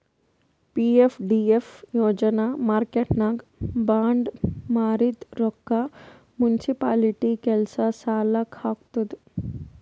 PFDF ಯೋಜನಾ ಮಾರ್ಕೆಟ್ನಾಗ್ bond ಮಾರಿದ್ ರೊಕ್ಕಾ ಮುನ್ಸಿಪಾಲಿಟಿ ಕೆಲ್ಸಾ ಸಲಾಕ್ ಹಾಕ್ತುದ್